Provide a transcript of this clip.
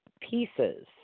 pieces